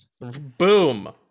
Boom